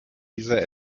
dieser